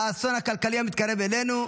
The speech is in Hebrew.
האסון הכלכלי המתקרב אלינו.